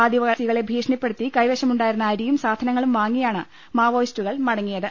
ആദിവാസികളെ ഭീഷണിപ്പെടുത്തി കൈവശമു ണ്ടായിരുന്ന അരിയും സാധനങ്ങളും വാങ്ങിയാണ് മാവോയിസ്റ്റുകൾ മടങ്ങിയത്